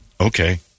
Okay